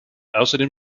außerdem